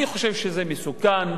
אני חושב שזה מסוכן,